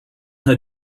her